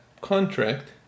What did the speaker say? contract